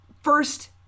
first